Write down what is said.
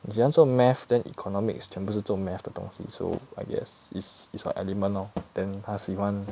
你喜欢做 math then economics 全部是做 math 的东西 so I guess it's it's her element lor then 她喜欢